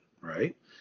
right